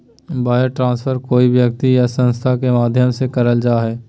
wire transfer कोय व्यक्ति या संस्था के माध्यम से करल जा हय